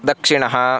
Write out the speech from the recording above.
दक्षिणः